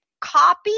copy